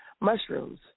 mushrooms